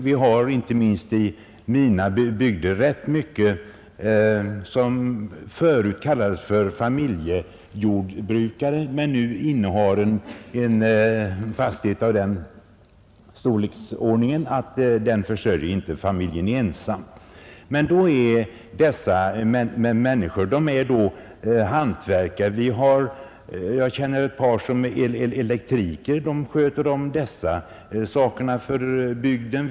Vi har inte minst i mina bygder rätt många människor som förut har kallats för familjejordbrukare men som nu innehar en jordbruksfastighet av den storleken att den inte räcker för att försörja familjen. Då har dessa människor blivit hantverkare. Jag känner ett par som är elektriker och utför elektriska arbeten åt bygden.